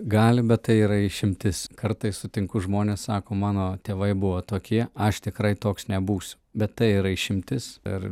gali bet tai yra išimtis kartais sutinku žmones sako mano tėvai buvo tokie aš tikrai toks nebūsiu bet tai yra išimtis ir